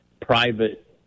private